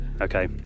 Okay